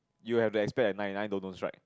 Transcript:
you have the expect that right